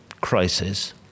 crisis